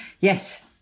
yes